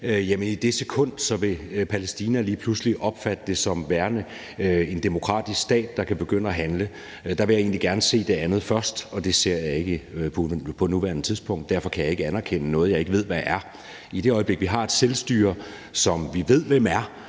i det sekund lige pludselig opfatte det som at være en demokratisk stat, der kan begynde at handle. Der vil jeg egentlig gerne se det andet først, og det ser jeg ikke på nuværende tidspunkt. Derfor kan jeg ikke anerkende noget, jeg ikke ved hvad er. I det øjeblik vi har et selvstyre, som vi ved hvem er,